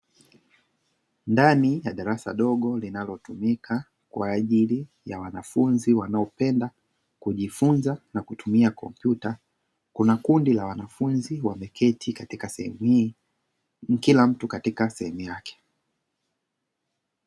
Ndani ya darasa dogo linalotumika kwa ajili ya wanafunzi wanaopenda kujifunza na kutumia kompyuta. Kuna kundi la wanafunzi walioketi sehemu hii, kila mtu katika sehemu yake.